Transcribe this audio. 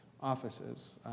offices